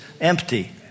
empty